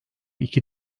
iki